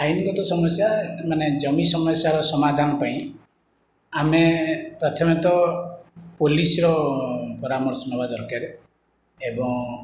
ଆଇନଗତ ସମସ୍ୟା ମାନେ ଜମି ସମସ୍ୟାର ସମାଧାନ ପାଇଁ ଆମେ ପ୍ରଥମେ ତ ପୋଲିସର ପରାମର୍ଶ ନବା ଦରକାରେ ଏବଂ